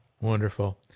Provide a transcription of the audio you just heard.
Wonderful